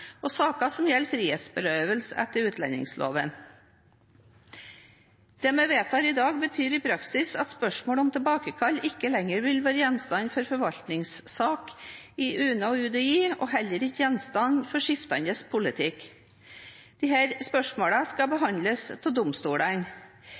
og saker som gjelder frihetsberøvelse etter utlendingsloven. Det vi vedtar i dag, betyr i praksis at spørsmålet om tilbakekall ikke lenger vil være gjenstand for forvaltningssak i UNE og UDI, og heller ikke gjenstand for skiftende politikk. Disse spørsmålene skal